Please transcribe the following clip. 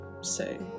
say